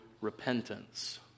repentance